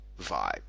vibe